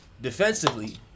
defensively